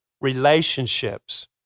relationships